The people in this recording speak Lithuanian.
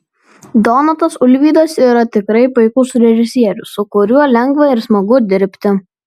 donatas ulvydas yra tikrai puikus režisierius su kuriuo lengva ir smagu dirbti